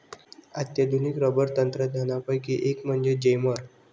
अत्याधुनिक रबर तंत्रज्ञानापैकी एक म्हणजे जेमर